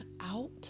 out